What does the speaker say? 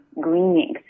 greening